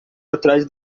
atrás